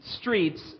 streets